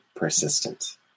Persistent